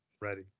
Ready